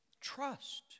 Trust